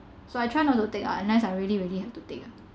so I try not to take ah unless I really really have to take ah